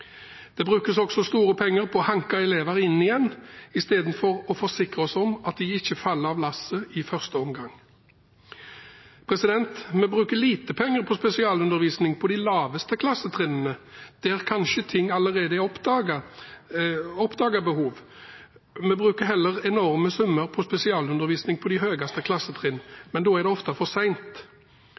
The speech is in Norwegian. Det brukes også store penger på å hanke elever inn igjen, i stedet for at man forsikrer seg om at de ikke faller av lasset i første omgang. Vi bruker lite penger på spesialundervisning på de laveste klassetrinnene, der behov kanskje allerede er oppdaget. Vi bruker heller enorme summer på spesialundervisning på de høyeste klassetrinnene, men da er det ofte for